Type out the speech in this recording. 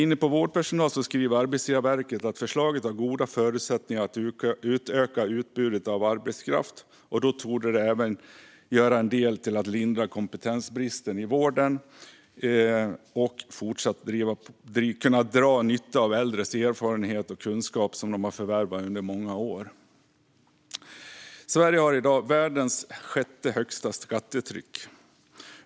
Apropå vårdpersonal skriver Arbetsgivarverket att förslaget har goda förutsättningar att utöka utbudet av arbetskraft. Det torde därmed även göra en del för att lindra kompetensbristen i vården och för att vi fortsatt ska kunna dra nytta av den erfarenhet och kunskap som äldre har förvärvat under många år. Sverige har i dag världens sjätte högsta skattetryck.